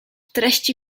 treści